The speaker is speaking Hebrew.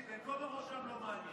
תקשיב, בין כה וכה שם לא מעניין.